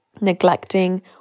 neglecting